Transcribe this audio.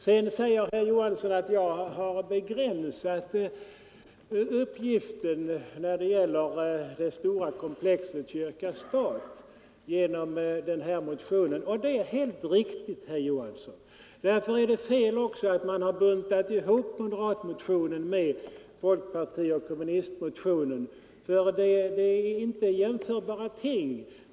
Sedan säger herr Johansson att jag genom den här motionen har begränsat uppgiften när det gäller det stora problemkomplexet kyrka-stat Det är helt riktigt, herr Johansson, därför är det också fel att man har buntat ihop moderatmotionen med motionerna från folkpartiet och kommunisterna. De är inte jämförbara.